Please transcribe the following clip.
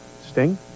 Sting